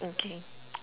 okay